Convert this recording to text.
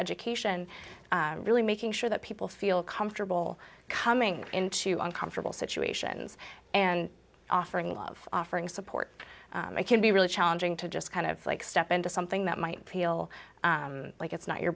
education really making sure that people feel comfortable coming into uncomfortable situations and offering love offering support they can be really challenging to just kind of like step into something that might feel like it's not your